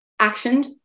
actioned